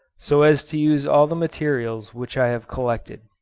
so as to use all the materials which i have collected.